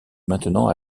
maintenant